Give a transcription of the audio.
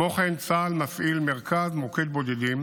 כמו כן, צה"ל מפעיל מרכז מוקד בודדים